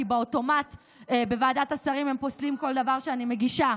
כי אוטומטית בוועדת השרים הם פוסלים כל דבר שאני מגישה,